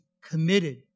committed